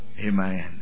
Amen